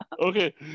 Okay